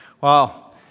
Wow